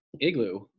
Igloo